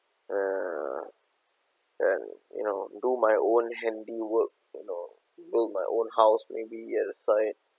uh and you know do my own handiwork you know build my own house maybe near the side